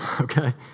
okay